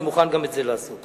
אני מוכן גם את זה לעשות.